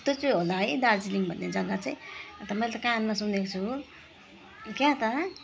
कस्तो चाहिँ होला है दार्जिलिङ भन्ने जग्गा चाहिँ अन्त मैले त कानमा सुनेको छु हो क्या त